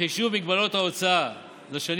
הגדלת ההוצאה הממשלתית בשנים